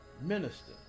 minister